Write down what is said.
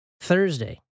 Thursday